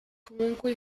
comunque